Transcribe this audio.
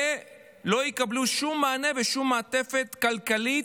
ולא יקבלו שום מענה ושום מעטפת כלכלית,